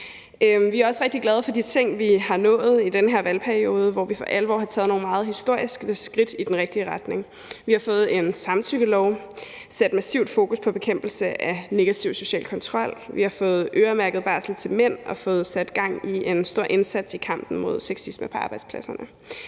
Vi er også rigtig glade for de ting, vi har nået i den her valgperiode, hvor vi for alvor har taget nogle meget historiske skridt i den rigtige retning. Vi har fået en samtykkelov, sat massivt fokus på bekæmpelse af negativ social kontrol, vi har fået øremærket barsel til mænd og fået sat gang i en stor indsats i kampen mod sexisme på arbejdspladserne.